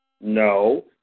No